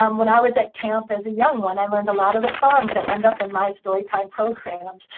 um when i was at camp as a young one, i learned a lot of the songs that end up in my story time program.